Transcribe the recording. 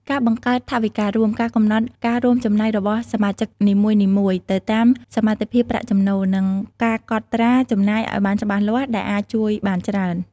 ការបង្កើតថវិការួម ការកំណត់ការរួមចំណែករបស់សមាជិកនីមួយៗទៅតាមសមត្ថភាពប្រាក់ចំណូល និងការកត់ត្រាចំណាយឲ្យបានច្បាស់លាស់ ដែលអាចជួយបានច្រើន។